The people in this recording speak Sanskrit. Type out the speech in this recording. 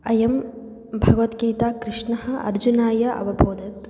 इयं भगवद्गीता कृष्णः अर्जुनाय अवबोधयति